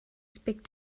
speak